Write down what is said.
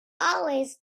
always